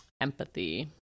empathy